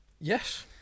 Yes